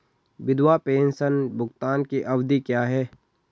विधवा पेंशन भुगतान की अवधि क्या है?